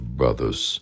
brothers